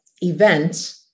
event